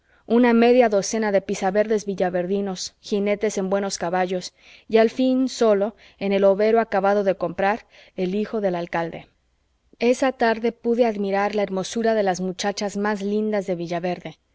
una media docena de pisaverdes villaverdinos jinetes en buenos caballos y al fin solo en el overo acabado de comprar el hijo del alcalde esa tarde pude admirar la hermosura de las muchachas más lindas de